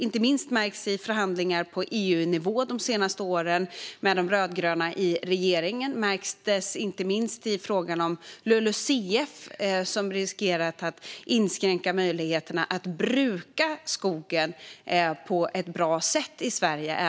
Det har märkts i förhandlingar på EU-nivå de senaste åren med de rödgröna i regeringen, inte minst i frågan om LULUCF, som har riskerat att inskränka möjligheterna att även framöver bruka skogen på ett bra sätt i Sverige.